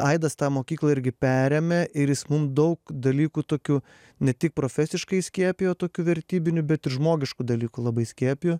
aidas tą mokyklą irgi perėmė ir jis mum daug dalykų tokių ne tik profesiškai įskiepijo tokių vertybinių bet žmogiškų dalykų labai skiepijo